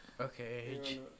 Okay